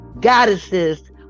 Goddesses